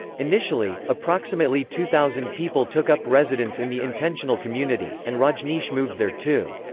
initially, approximately two thousand people took up residence in the intentional community, and rajneesh moved there too.